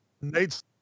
Nate's